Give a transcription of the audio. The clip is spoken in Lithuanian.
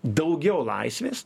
daugiau laisvės